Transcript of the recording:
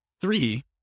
three